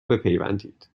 بپیوندید